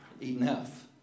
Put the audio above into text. enough